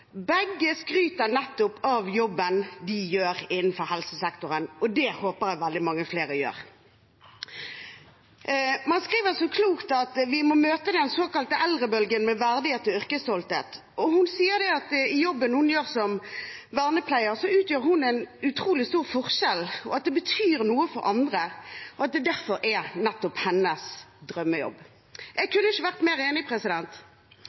Begge skryter av jobben de gjør innenfor helsesektoren, og det håper jeg veldig mange flere gjør. Marion skriver så klokt at vi må «møte den truende eldrebølgen med verdighet og yrkesstolthet». Og hun sier at i jobben hun gjør som vernepleier, utgjør hun en utrolig stor forskjell, at det betyr noe for andre, og at det derfor er hennes drømmejobb. Jeg kunne ikke vært mer enig.